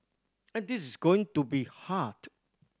and this is going to be hard